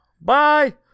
Bye